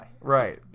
Right